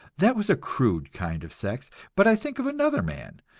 that was a crude kind of sex but i think of another man,